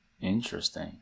Interesting